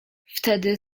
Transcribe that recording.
wtedy